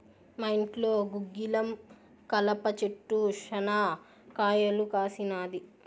మా ఇంట్లో గుగ్గిలం కలప చెట్టు శనా కాయలు కాసినాది